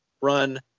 run